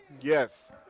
Yes